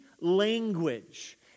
language